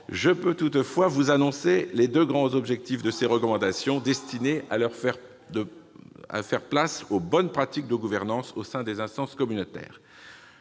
mettre fin au suspense, les deux grands objectifs de ces recommandations destinées à faire place aux bonnes pratiques de gouvernance au sein des instances communautaires